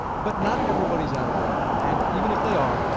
but not everybody's out of work and even if they are,